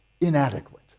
Inadequate